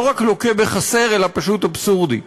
לא רק לוקה בחסר אלא פשוט אבסורדי.